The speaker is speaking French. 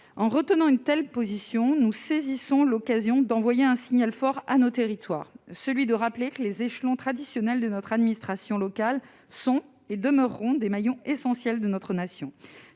en retenant une telle position, nous saisissons l'occasion d'envoyer un signal fort à nos territoires. Nous voulons rappeler que les échelons de notre administration locale sont et demeureront des maillons essentiels de notre nation.